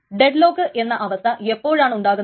dead lock എന്ന അവസ്ഥ എപ്പോഴാണ് ഉണ്ടാകുന്നത്